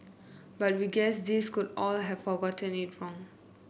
but we guess these could all have forgotten it wrong